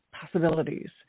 possibilities